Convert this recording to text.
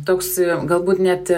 toks galbūt net